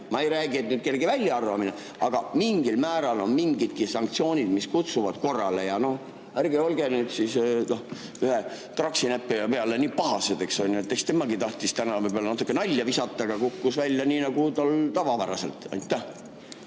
Ma ei räägi, et nüüd kedagi välja arvata, aga kas mingil määral on mingidki sanktsioonid, mis kutsuvad korrale? Ja ärge olge nüüd ühe traksinäppija peale nii pahased, eks temagi tahtis täna võib-olla natuke nalja visata, aga kukkus välja nii nagu tal tavapäraselt.